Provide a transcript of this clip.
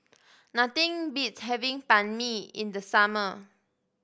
nothing beats having Banh Mi in the summer